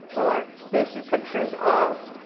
or they see pictures of